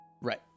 Right